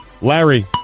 Larry